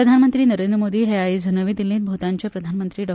प्रधानमंत्री नरेंद्र मोदी हे आयज नवी दिल्लींत भूतानाचे प्रधानमंत्री डॉ